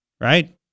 Right